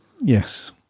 Yes